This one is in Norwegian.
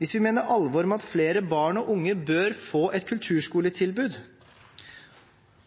hvis vi mener alvor med at flere barn og unge bør få et kulturskoletilbud,